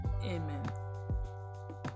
amen